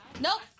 Nope